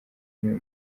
n’uyu